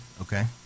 okay